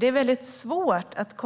Det är väldigt svårt att